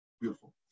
Beautiful